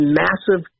massive